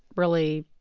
really,